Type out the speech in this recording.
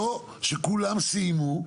לא שכולם סיימו,